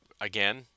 again